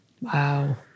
Wow